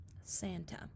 Santa